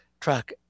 truck